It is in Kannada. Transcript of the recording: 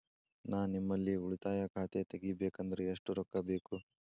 ನಾ ನಿಮ್ಮಲ್ಲಿ ಉಳಿತಾಯ ಖಾತೆ ತೆಗಿಬೇಕಂದ್ರ ಎಷ್ಟು ರೊಕ್ಕ ಬೇಕು?